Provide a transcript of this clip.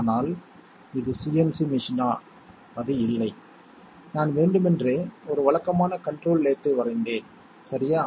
நான் உங்களிடம் கேட்டால் அது எந்த வகையான லாஜிக் செயல்பாட்டைக் குறிக்கிறது என்று சொல்ல முடியுமா